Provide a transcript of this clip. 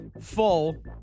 full